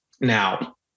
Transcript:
now